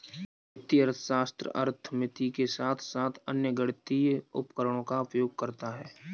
वित्तीय अर्थशास्त्र अर्थमिति के साथ साथ अन्य गणितीय उपकरणों का उपयोग करता है